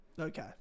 Okay